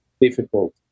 difficult